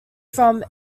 from